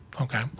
okay